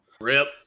Rip